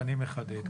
ואני מחדד,